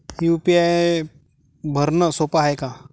UPI भरनं सोप हाय का?